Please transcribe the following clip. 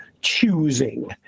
choosing